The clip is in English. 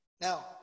Now